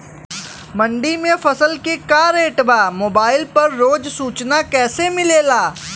मंडी में फसल के का रेट बा मोबाइल पर रोज सूचना कैसे मिलेला?